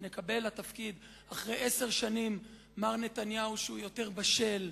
שנקבל לתפקיד אחרי עשר שנים מר נתניהו שהוא יותר בשל,